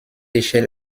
échelle